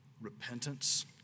Repentance